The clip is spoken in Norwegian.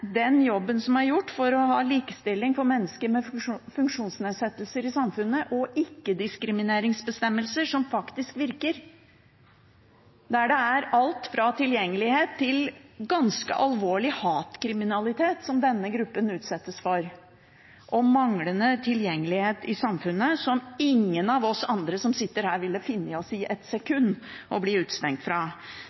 den jobben som er gjort for å ha likestilling for mennesker med funksjonsnedsettelser i samfunnet, og ikke-diskrimineringsbestemmelser som faktisk virker. Denne gruppen utsettes for alt fra manglende tilgjengelighet til ganske alvorlig hatkriminalitet, og manglende tilgjengelighet i samfunnet som ingen av oss som sitter her, ett sekund ville funnet oss i.